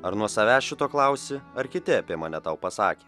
ar nuo savęs šito klausi ar kiti apie mane tau pasakė